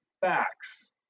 facts